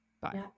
bye